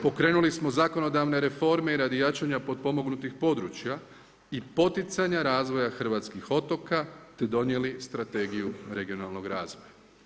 Pokrenuli smo zakonodavne reforme i radi jačanje potpomognutih područja i poticanja razvoja hrvatskih otoka te donijeli Strategiju regionalnog razvoja.